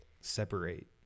separate